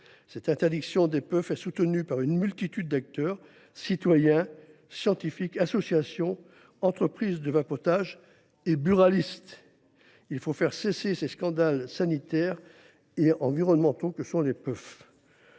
L’interdiction des puffs est soutenue par une multitude d’acteurs : citoyens, scientifiques, associations, entreprises de vapotage et buralistes. Il faut faire cesser ces scandales sanitaires et environnementaux que sont les puffs.